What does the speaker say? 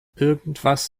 irgendwas